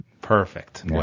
Perfect